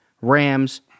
Rams